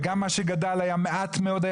וגם מה שגדל, היה מועט מאוד.